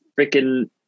freaking